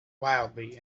wildly